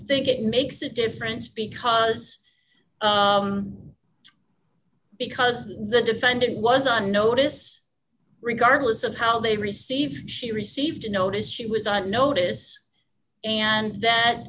think it makes a difference because because the defendant was on notice regardless of how they received she received a notice she was on notice and that